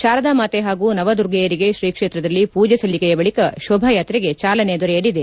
ಶಾರದಾ ಮಾತೆ ಹಾಗೂ ನವದುರ್ಗೆಯರಿಗೆ ಶ್ರೀ ಕ್ಷೇತ್ರದಲ್ಲಿ ಪೂಜೆ ಸಲ್ಲಿಕೆಯ ಬಳಿಕ ಶೋಭಾಯಾತ್ರೆಗೆ ಚಾಲನೆ ದೊರೆಯಲಿದೆ